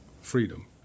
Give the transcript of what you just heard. freedom